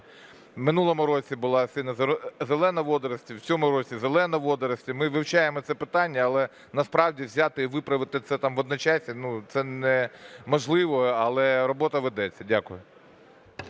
В минулому році була синьо-зелена водорість, в цьому році – зелена водорість. Ми вивчаємо це питання, але насправді взяти і виправити це там в одночасье, ну, це неможливо, але робота ведеться. Дякую.